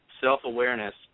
self-awareness